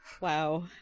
Wow